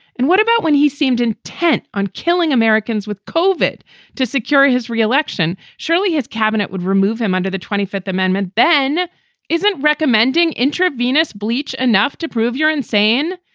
and what about when he seemed intent on killing americans with kov it to secure his re-election? surely his cabinet would remove him under the twenty fifth amendment. ben isn't recommending intravenous bleach enough to prove your insane.